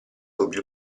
dubbio